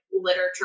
literature